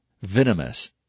venomous